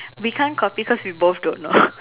we can't copy cause we both don't know